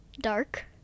dark